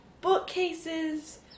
bookcases